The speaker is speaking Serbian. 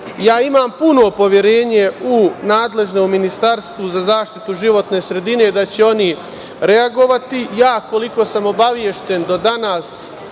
Ja imam puno poverenje u nadležno Ministarstvo za zaštitu životne sredine da će oni reagovati. Ja koliko sam obavešten, do danas